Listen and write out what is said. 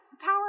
power